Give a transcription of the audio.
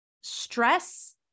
stress